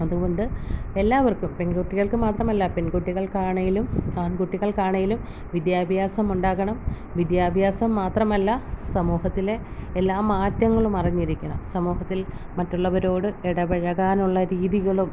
അതുകൊണ്ട് എല്ലാവർക്കും പെൺകുട്ടികൾക്ക് മാത്രമല്ല പെൺകുട്ടികൾക്കാണെങ്കിലും ആൺകുട്ടികൾക്കാണെങ്കിലും വിദ്യാഭ്യാസമുണ്ടാകണം വിദ്യാഭ്യാസം മാത്രമല്ല സമൂഹത്തിലെ എല്ലാ മാറ്റങ്ങളും അറിഞ്ഞിരിക്കണം സമൂഹത്തിൽ മറ്റുള്ളവരോട് ഇടപഴകാനുള്ള രീതികളും